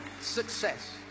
success